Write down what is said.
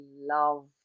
love